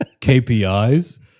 KPIs